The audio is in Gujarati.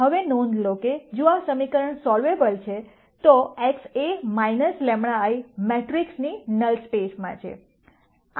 હવે નોંધ લો કે જો આ સમીકરણ સોલ્વએબલ છે તો x A λ I મેટ્રિક્સ ની નલ સ્પેસમાં છે